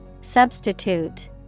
Substitute